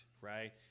right